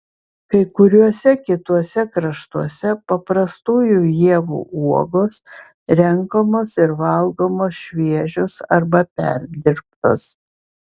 kai kuriuose kituose kraštuose paprastųjų ievų uogos renkamos ir valgomos šviežios arba perdirbtos